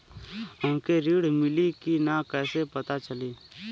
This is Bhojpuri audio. हमके ऋण मिली कि ना कैसे पता चली?